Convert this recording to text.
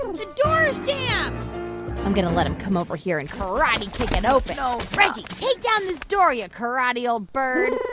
um the door's jammed i'm going to let him come over here and karate kick it open no reggie, take down this door, you karate old bird